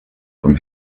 from